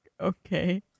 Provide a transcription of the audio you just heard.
Okay